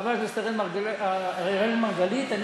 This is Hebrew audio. חבר הכנסת אראל מרגלית.